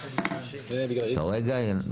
אתה רואה גיא?